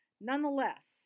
Nonetheless